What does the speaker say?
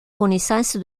connaissance